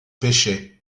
pêchais